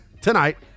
tonight